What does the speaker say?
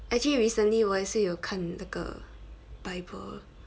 actually recently 我也是有看那个 bible